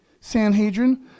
Sanhedrin